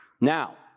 Now